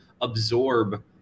absorb